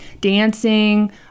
dancing